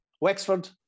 Wexford